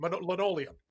linoleum